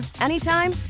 anytime